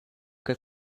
che